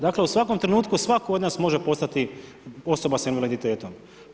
Dakle u svakom trenutku svatko od nas može postati osoba s invaliditetom.